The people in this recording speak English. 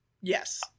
Yes